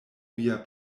via